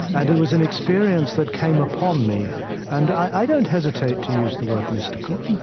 and it was an experience that came upon me and i don't hesitate to use the word mystical.